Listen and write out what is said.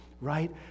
right